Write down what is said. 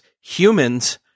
humans